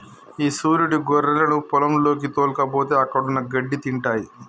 ఈ సురీడు గొర్రెలను పొలంలోకి తోల్కపోతే అక్కడున్న గడ్డి తింటాయి